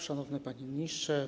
Szanowny Panie Ministrze!